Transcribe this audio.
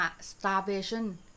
starvation